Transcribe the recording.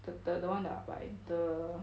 the the one that I buy the